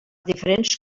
diferents